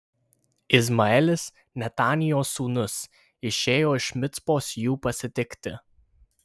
izmaelis netanijo sūnus išėjo iš micpos jų pasitikti